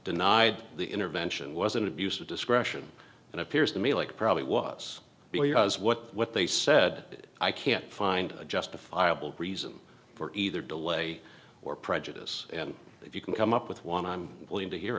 denied the intervention was an abuse of discretion and appears to me like probably was as what what they said i can't find a justifiable reason for either delay or prejudice and if you can come up with one i'm willing to hear